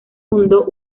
fundó